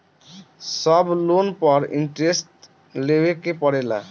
सब लोन पर इन्टरेस्ट देवे के पड़ेला?